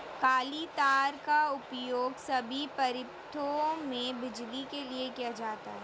काली तार का उपयोग सभी परिपथों में बिजली के लिए किया जाता है